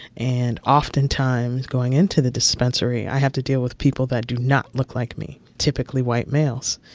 and oftentimes, going into the dispensary, i have to deal with people that do not look like me typically, white males.